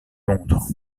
londres